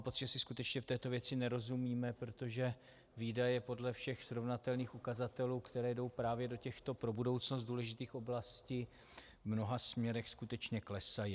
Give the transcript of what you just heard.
Já mám pocit, že si skutečně v této věci nerozumíme, protože výdaje podle všech srovnatelných ukazatelů, které jdou právě do těchto pro budoucnost důležitých oblastí, v mnoha směrech skutečně klesají.